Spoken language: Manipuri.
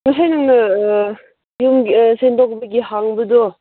ꯁꯦꯡꯗꯣꯛꯄꯒꯤ ꯍꯪꯕꯗꯣ